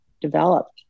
developed